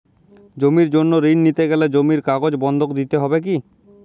জমির জন্য ঋন নিতে গেলে জমির কাগজ বন্ধক দিতে হবে কি?